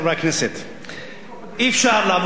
אי-אפשר לעבור לסדר-היום כשהממשלה מביאה